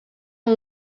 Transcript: amb